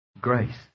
grace